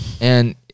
And-